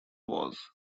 was